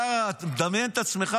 די, די, די כבר,